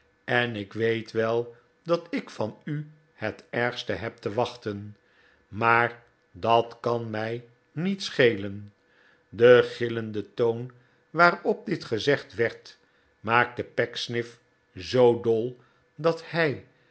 en ik weet wel dat ik van u het ergste heb te wachten maar dat kan mij niet schelen de gillende toon waarop dit gezegd werd maakte pecksniff zoo dol f dat hij